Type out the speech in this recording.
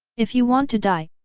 if you want to die,